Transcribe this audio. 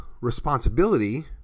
responsibility